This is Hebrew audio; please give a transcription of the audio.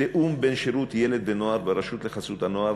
בתיאום בין שירות ילד ונוער לרשות לחסות הנוער